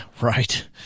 right